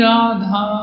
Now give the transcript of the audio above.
Radha